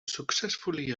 successfully